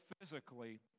physically